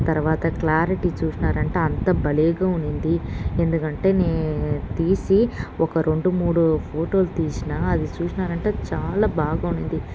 తరువాత క్లారిటీ చూసినారంటే అంత భలేగా ఉంది ఎందుకంటే నేను తీసిన ఒక రెండు మూడు ఫోటోలు తీసిన అది చూసినారంటే చాలా బాగా ఉంది